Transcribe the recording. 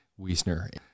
Wiesner